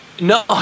no